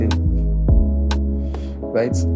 Right